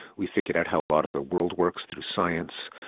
we figured out how a lot of the world works through science,